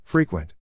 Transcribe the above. Frequent